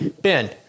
Ben